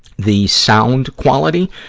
the sound quality,